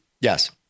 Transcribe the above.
yes